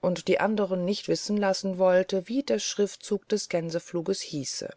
und die andern nicht wissen lassen wollte wie der schriftzug des gänsefluges hieße